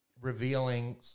revealing